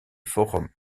forum